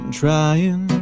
trying